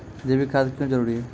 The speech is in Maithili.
जैविक खाद क्यो जरूरी हैं?